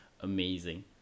amazing